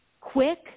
quick